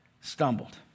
stumbled